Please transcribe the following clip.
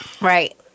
Right